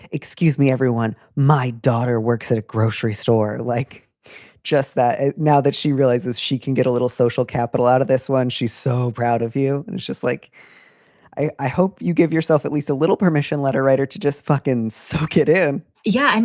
excuse me, everyone. my daughter works at a grocery store like just that now that she realizes she can get a little social capital out of this one. she's so proud of you. and it's just like i hope you give yourself at least a little permission letter writer to just fucking suck it in yeah. and